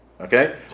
Okay